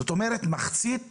זאת אומרת מחצית מהבתים,